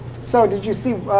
so did you see,